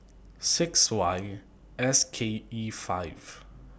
six Y S K E five